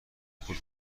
پول